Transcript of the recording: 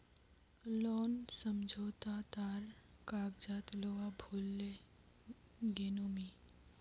loan समझोता तार कागजात लूवा भूल ले गेनु मि